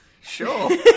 Sure